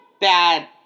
bad